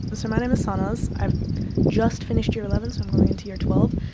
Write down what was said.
so my name is sanaz, i've just finished year eleven, so i'm going into year twelve.